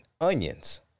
onions